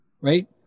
right